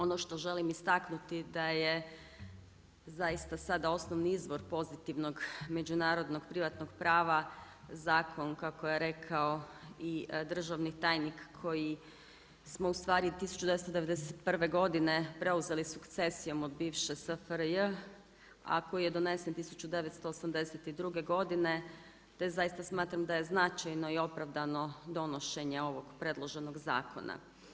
Ono što želim istaknuti da je sada osnovni izvor pozitivnog međunarodnog privatnog prava zakon kako je rekao i državni tajnik koji smo ustvari 1991. godine preuzeli sukcesijom od bivše SFRJ, a koji je donesen 1982. godine te zaista smatram da je značajno i opravdano donošenje ovog predloženog zakona.